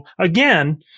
again